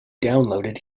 downloaded